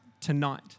tonight